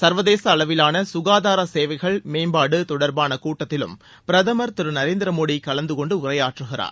சர்வதேச அளவிலான சுகாதார சேவைகள் மேம்பாடு தொடர்பான கூட்டத்திலும் பிரதமர் திரு நரேந்திர மோடி கலந்து கொண்டு உரையாற்றுகிறார்